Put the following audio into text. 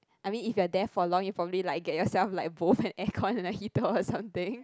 I mean if you're there for long you probably like get yourself like both an aircon or heater or something